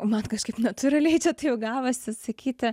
man kažkaip natūraliai čia taip gavosi sakyti